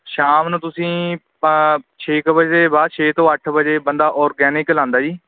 ਸ਼ਾਮ ਨੂੰ ਤੁਸੀਂ ਛੇ ਕੁ ਵਜੇ ਬਾਅਦ ਛੇ ਤੋਂ ਅੱਠ ਵਜੇ ਬੰਦਾ ਔਰਗੈਨਿਕ ਲਗਾਉਂਦਾ ਜੀ